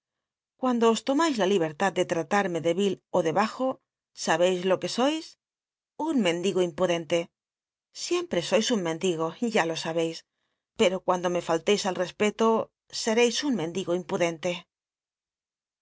cuando os tomais la libctlad de tratarme de vil ó de hajo sabeis lo que sois i un mend igo impudente sieml t'e sois un mendigo ya lo sabeis eto cuando me falleis al respeto seteis nn mendigo impudente